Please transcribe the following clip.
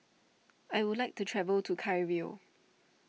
I would like to travel to Cairo